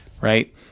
Right